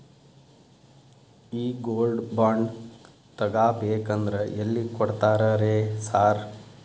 ಈ gold bond ತಗಾಬೇಕಂದ್ರ ಎಲ್ಲಿ ಕೊಡ್ತಾರ ರೇ ಸಾರ್?